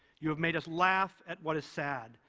you have made us laugh at what is sad,